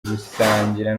gusangira